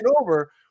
over